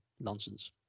nonsense